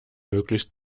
möglichst